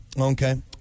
okay